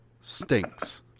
stinks